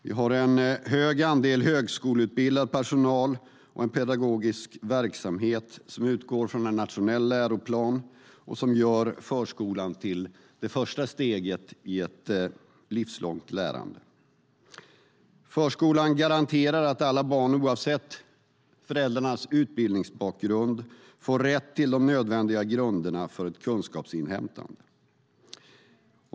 Vi har en hög andel högskoleutbildad personal och en pedagogisk verksamhet som utgår från en nationell läroplan och som gör förskolan till det första steget i ett livslångt lärande. Förskolan garanterar att alla barn oavsett föräldrarnas utbildningsbakgrund får rätt till de nödvändiga grunderna för kunskapsinhämtande.